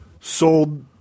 sold